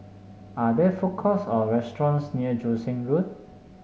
are there food courts or restaurants near Joo Seng Road